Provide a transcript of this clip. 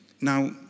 now